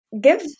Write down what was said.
Give